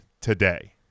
today